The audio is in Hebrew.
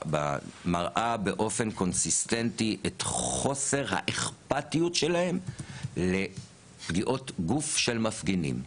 מראה באופן קונסיסטנטי את חוסר האכפתיות שלה לפגיעות גוף של מפגינים.